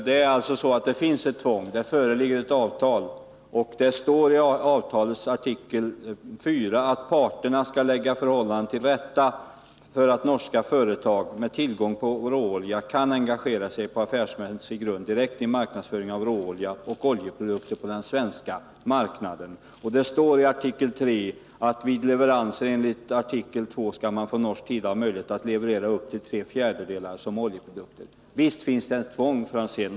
Fru talman! Det finns ett tvång. Det föreligger ett avtal, och det står i artikel IV: ”Parterna skall lägga förhållandena till rätta för att norska företag med tillgång på råolja kan engagera sig på affärsmässig grund direkt i marknadsföring av råolja och oljeprodukter på den svenska marknaden---.” I artikel III står: ”Vid leveranser enligt artikel II skall man från norsk sida ha möjlighet att leverera upp till 3/4 som oljeprodukter.” Visst finns det tvång, Ivar Franzén.